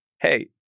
hey